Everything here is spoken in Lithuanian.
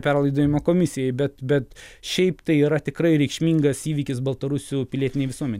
perlaidojimo komisijai bet bet šiaip tai yra tikrai reikšmingas įvykis baltarusių pilietinei visuomenei